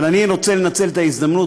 אבל אני רוצה לנצל את ההזדמנות,